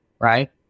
right